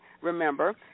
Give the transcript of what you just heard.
remember